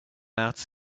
out